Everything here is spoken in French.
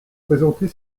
présenter